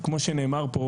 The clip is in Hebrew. כמו שנאמר פה,